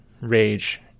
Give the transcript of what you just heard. rage